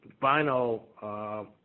final